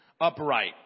upright